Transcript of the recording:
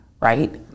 right